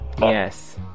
yes